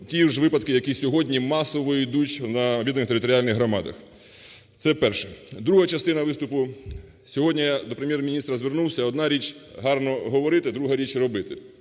ті ж випадки, які сьогодні масово ідуть на відповідних територіальних громадах. Це перше. Друга частина виступу. Сьогодні я до Прем'єр-міністра звернувся. Одна річ – гарно говорити, друга річ – робити.